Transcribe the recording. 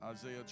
Isaiah